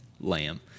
lamb